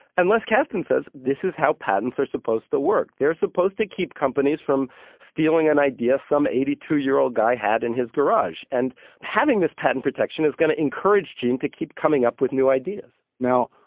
and les kasten says this is how patents are supposed to work. they're supposed to keep companies from stealing an idea some eighty two year old guy had in his garage. and having this patent protection is going to encourage gene to keep coming up with new ideas now,